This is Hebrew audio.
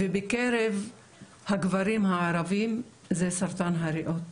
ובקרב הגברים הערבים זה סרטן הריאות.